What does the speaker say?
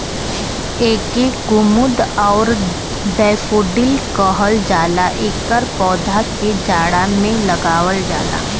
एके कुमुद आउर डैफोडिल कहल जाला एकर पौधा के जाड़ा में लगावल जाला